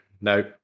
No